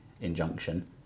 injunction